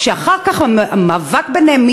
שאחר כך המאבק ביניהן,